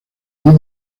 líder